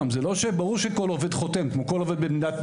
שוב, ברור שכל עובד חותם כמו כל עובד מדינה.